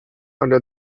under